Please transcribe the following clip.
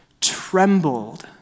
trembled